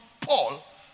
Paul